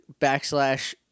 backslash